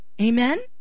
Amen